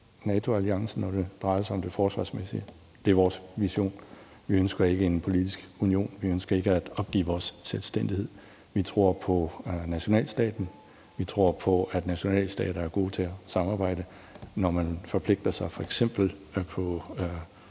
NATO-alliancen, når det drejer sig om det forsvarsmæssige. Det er vores vision. Vi ønsker ikke en politisk union, vi ønsker ikke at opgive vores selvstændighed. Vi tror på nationalstaten, vi tror på, at nationalstater er gode til at samarbejde, når man f.eks. forpligter sig på